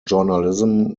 journalism